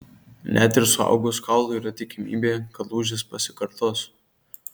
net ir suaugus kaului yra tikimybė kad lūžis pasikartos